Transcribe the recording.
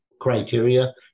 criteria